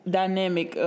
dynamic